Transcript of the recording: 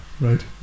Right